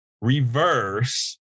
reverse